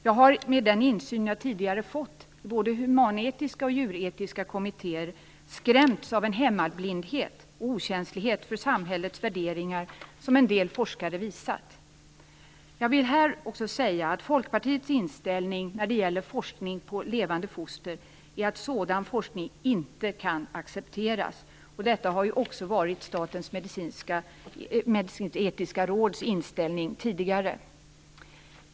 Jag har med den insyn som jag tidigare har fått i både humanetiska och djuretiska kommittéer skrämts av en hemmablindhet och en okänslighet för samhällets värderingar som en del forskare visat. Jag vill här också säga att Folkpartiets inställning till forskning på levande foster är att sådan forskning inte kan accepteras. Detta har ju också varit Statens medicinsketiska råds inställning tidigare.